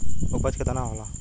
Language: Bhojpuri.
उपज केतना होला?